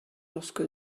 lorsque